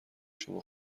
شما